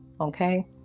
okay